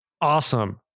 awesome